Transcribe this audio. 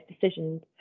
decisions